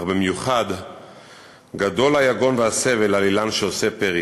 אך במיוחד גדול היגון והסבל על אילן שעושה פרי,